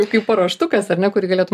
jau kaip paruoštukas ar ne kurį galėtum